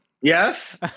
Yes